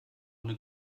ohne